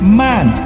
man